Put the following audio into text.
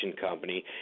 Company